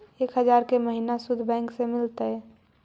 एक हजार के महिना शुद्ध बैंक से मिल तय?